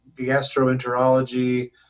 gastroenterology